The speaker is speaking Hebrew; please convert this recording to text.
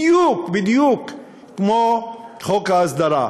בדיוק בדיוק כמו חוק ההסדרה,